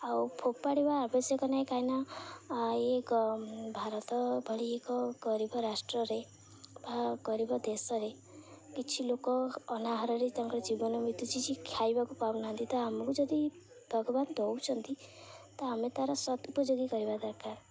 ଆଉ ଫୋପାଡ଼ିବା ଆବଶ୍ୟକ ନାହିଁ କାଇଁନା ଏ ଭାରତ ଭଳି ଏକ ଗରିବ ରାଷ୍ଟ୍ରରେ ବା ଗରିବ ଦେଶରେ କିଛି ଲୋକ ଅନାହାରରେ ତାଙ୍କର ଜୀବନ ବିତୁଛିି ଯେ ଖାଇବାକୁ ପାଉନାହାନ୍ତି ତ ଆମକୁ ଯଦି ଭଗବାନ ଦଉଛନ୍ତି ତ ଆମେ ତା'ର ସତ ଉପଯୋଗୀ କରିବା ଦରକାର